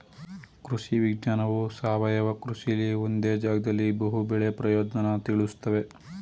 ಕೃಷಿ ವಿಜ್ಞಾನವು ಸಾವಯವ ಕೃಷಿಲಿ ಒಂದೇ ಜಾಗ್ದಲ್ಲಿ ಬಹು ಬೆಳೆ ಪ್ರಯೋಜ್ನನ ತಿಳುಸ್ತದೆ